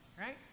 right